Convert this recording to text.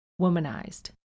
womanized